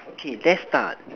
okay there start